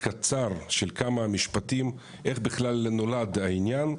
כמה משפטים על איך בכלל נולד העניין,